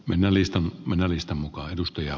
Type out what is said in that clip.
minä listan mennä listan mukaan edustaja